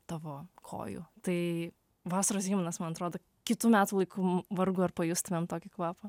tavo kojų tai vasaros himnas man atrodo kitų metų laiku vargu ar pajustumėm tokį kvapą